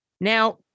Now